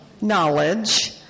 Knowledge